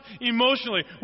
emotionally